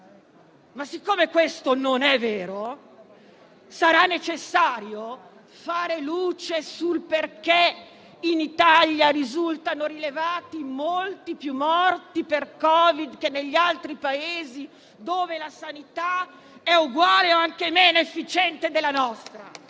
siccome questo non è vero, sarà necessario fare luce sul perché in Italia risultano rilevati molti più morti per Covid che negli altri Paesi dove la sanità è uguale o anche meno efficiente della nostra.